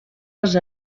els